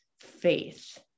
faith